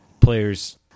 players